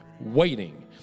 Waiting